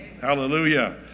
Hallelujah